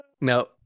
No